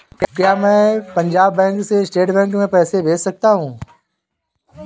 क्या मैं पंजाब बैंक से स्टेट बैंक में पैसे भेज सकता हूँ?